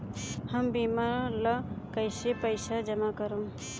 हम बीमा ला कईसे पईसा जमा करम?